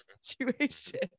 situation